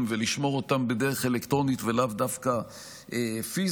ולשמור אותם בדרך אלקטרונית ולאו דווקא פיזית.